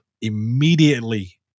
immediately